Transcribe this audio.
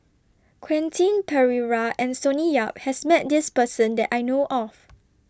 Quentin Pereira and Sonny Yap has Met This Person that I know of